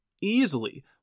easily